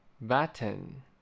button